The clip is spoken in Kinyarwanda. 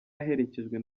aherekejwe